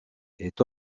est